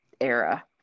era